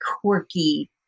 quirky